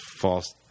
false